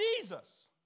Jesus